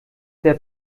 der